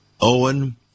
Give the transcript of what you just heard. Owen